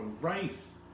rice